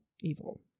evil